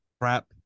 crap